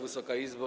Wysoka Izbo!